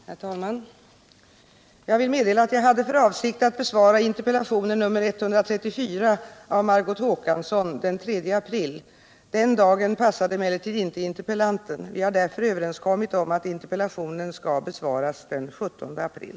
Herr talman! Jag vill meddela att jag hade för avsikt att besvara interpellationen 1977/78:134 av Margot Håkansson den 3 april. Den dagen passade emellertid inte interpellanten. Vi har därför överenskommit om att interpellationen skall besvaras den 17 april.